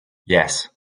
yes